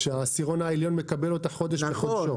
כשהעשירון העליון מקבל אותה חודש בחודשו.